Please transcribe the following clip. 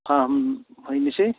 फाहामहैनोसै